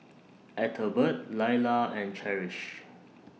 Ethelbert Lailah and Cherish